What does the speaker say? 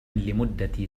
لمدة